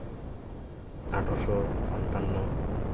ᱟᱴᱷᱨᱚ ᱥᱟᱛᱟᱱᱱᱚ